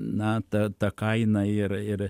na ta ta kaina ir ir